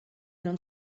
non